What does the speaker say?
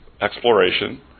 exploration